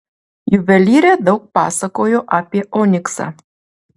juvelyrė daug pasakojo apie oniksą